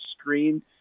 screen